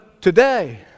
today